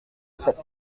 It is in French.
sept